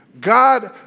God